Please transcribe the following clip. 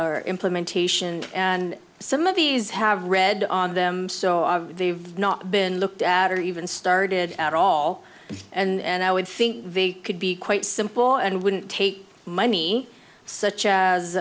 or implementation and some of these have red on them so they've not been looked at or even started at all and i would think they could be quite simple and wouldn't take money such as